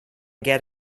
get